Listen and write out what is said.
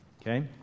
okay